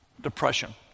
depression